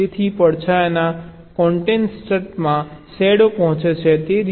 તેથી પડછાયાના કોન્ટેક્સટમાં શેડો પહોંચે છે તે રીતે જુઓ